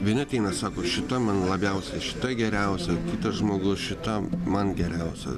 vieni ateina sako šita man labiausiai štai geriausia kitas žmogus šita man geriausia